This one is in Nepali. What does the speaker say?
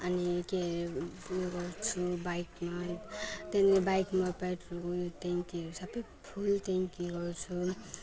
अनि के ऊ यो गर्छु बाइकमा त्यहाँनिर बाइकमा पेट्रोलको ऊ यो ट्याङ्कहरू सबै फुल ट्याङ्क गर्छु